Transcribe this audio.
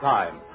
Time